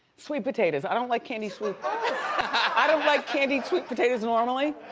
sweet potatoes, i don't like candied swee i don't like candied sweet potatoes normally,